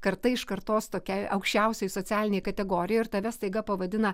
karta iš kartos tokiai aukščiausioj socialinėj kategorijoj ir tave staiga pavadina